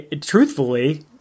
truthfully